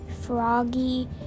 Froggy